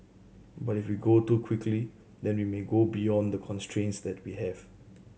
but if we go too quickly then we may go beyond the constraints that we have